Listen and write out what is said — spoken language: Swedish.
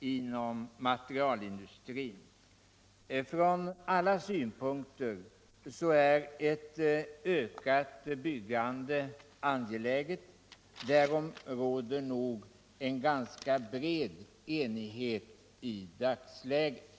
inom materialindustrin. Från alla synpunkter är ett ökat byggande angeläget. Därom råder nog en ganska bred enighet i dagsläget.